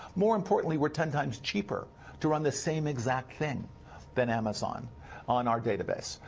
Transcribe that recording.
more importantly, we're ten times cheaper to run the same exact thing than amazon on our database.